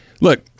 look